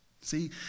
See